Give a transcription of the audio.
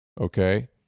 Okay